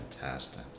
Fantastic